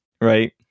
right